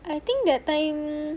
I think that time